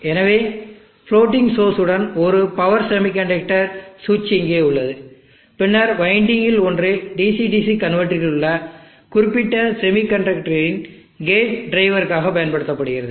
எனவே floating source உடன் ஒரு பவர் செமிகண்டக்டர் சுவிட்ச் இங்கே உள்ளது பின்னர் வைண்டிங்கில் ஒன்று DC DC கன்வெர்ட்டரிலுள்ள குறிப்பிட்ட செமிகண்டக்டரின் கேட் டிரைவருக்காக பயன்படுத்தப்படுகிறது